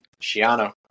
Shiano